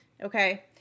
Okay